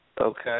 Okay